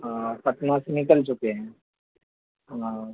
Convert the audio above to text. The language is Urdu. پٹنہ سے نکل چکے ہیں ہاں